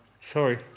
sorry